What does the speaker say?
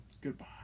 Goodbye